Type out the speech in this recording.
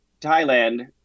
Thailand